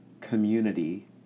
community